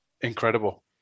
incredible